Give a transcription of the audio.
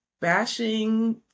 bashing